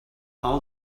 all